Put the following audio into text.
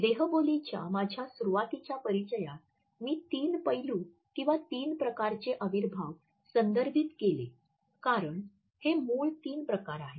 देहबोलीच्या माझ्या सुरुवातीच्या परिचयात मी तीन पैलू किंवा तीन प्रकारचे अविर्भाव संदर्भित केले कारण हे मूळ तीन प्रकार आहेत